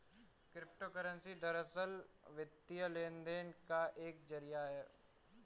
crypto currency दरअसल, वित्तीय लेन देन का एक जरिया है